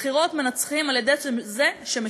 ובבחירות מנצחים על-ידי זה שמשכנעים